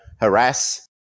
harass